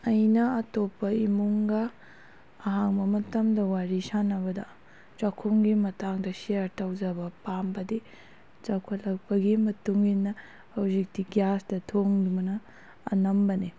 ꯑꯩꯅ ꯑꯇꯣꯞꯄ ꯏꯃꯨꯡꯒ ꯑꯍꯥꯡꯕ ꯃꯇꯝꯗ ꯋꯥꯔꯤ ꯁꯥꯟꯅꯕꯗ ꯆꯥꯛꯈꯨꯝꯒꯤ ꯃꯇꯥꯡꯗ ꯁꯤꯌꯔ ꯇꯧꯖꯕ ꯄꯥꯝꯕꯗꯤ ꯆꯥꯎꯈꯠꯂꯛꯄꯒꯤ ꯃꯇꯨꯡ ꯏꯟꯅ ꯍꯧꯖꯤꯛꯇꯤ ꯒꯦꯁꯇ ꯊꯣꯡꯕꯅ ꯑꯅꯝꯕꯅꯦ